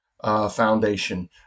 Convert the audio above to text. foundation